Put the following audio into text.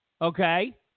okay